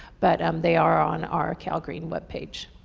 but um they are on our calgreen webpage.